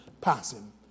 passing